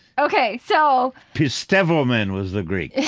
ok. so, pistevo men was the greek